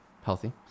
healthy